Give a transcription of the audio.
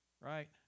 Right